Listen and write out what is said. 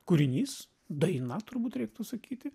kūrinys daina turbūt reiktų sakyti